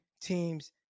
teams